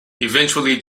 eventually